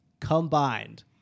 combined